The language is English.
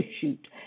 shoot